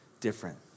different